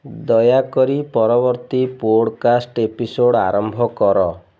ଦୟାକରି ପରବର୍ତ୍ତୀ podcast episode ଆରମ୍ଭ କର